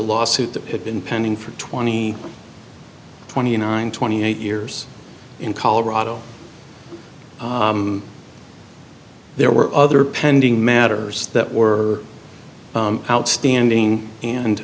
lawsuit that had been pending for twenty twenty nine twenty eight years in colorado there were other pending matters that were outstanding and